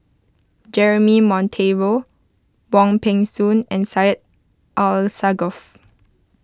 Jeremy Monteiro Wong Peng Soon and Syed Alsagoff